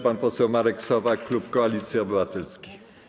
Pan poseł Marek Sowa, klub Koalicji Obywatelskiej.